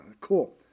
Cool